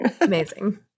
Amazing